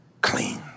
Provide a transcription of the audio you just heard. clean